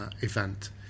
event